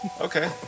Okay